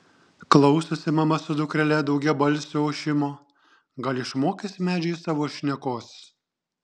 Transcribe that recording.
klausosi mama su dukrele daugiabalsio ošimo gal išmokys medžiai savo šnekos